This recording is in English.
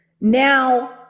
now